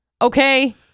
Okay